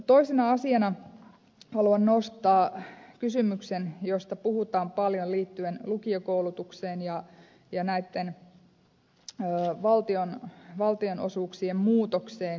toisena asiana haluan nostaa kysymyksen josta puhutaan paljon liittyen lukiokoulutukseen ja näitten valtionosuuksien muutokseen